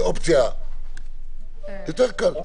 22יז. "אמצעי פיקוח טכנולוגי"